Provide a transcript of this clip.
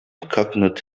coconut